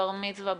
בר מצווה,